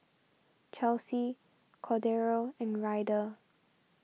Chelsi Cordero and Ryder